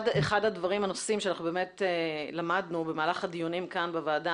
אחד הדברים שלמדנו במהלך הדיונים כאן בוועדה,